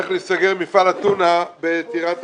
אני רוצה לומר שאתה בטח יודע שהולך להיסגר מפעל הטונה בטירת הכרמל.